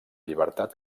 llibertat